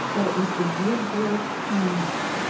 that it was the dear girl's kindness,